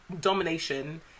domination